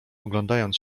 oglądając